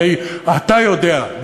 הרי אתה יודע,